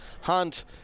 Hunt